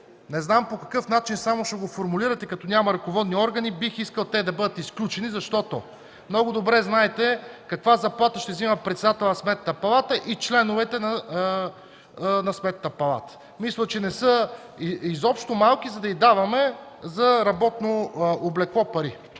не знам по какъв начин ще го формулирате, като няма ръководни органи. Бих искал те да бъдат изключени, защото много добре знаете каква заплата ще взема председателят на Сметната палата и членовете й. Мисля, че не са изобщо малки, за да даваме пари за работно облекло.